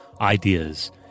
ideas